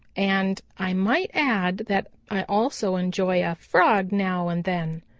and i might add that i also enjoy a frog now and then,